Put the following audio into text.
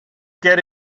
get